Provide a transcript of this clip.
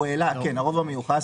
כן, הרוב המיוחס.